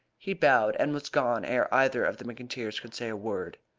he bowed, and was gone ere either of the mcintyres could say a word.